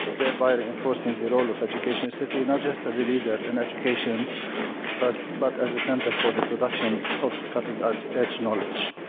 thereby reinforcing the role of education city, not just as a leader in education but but as a center for the production of cutting-edge but knowledge.